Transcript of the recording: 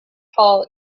hall